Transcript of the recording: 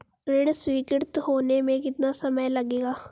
ऋण स्वीकृत होने में कितना समय लगेगा?